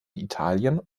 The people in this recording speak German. italien